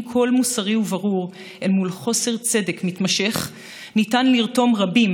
קול מוסרי וברור אל מול חוסר צדק מתמשך ניתן לרתום רבים,